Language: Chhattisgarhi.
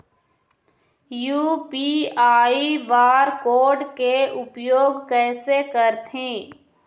यू.पी.आई बार कोड के उपयोग कैसे करथें?